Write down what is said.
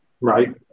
right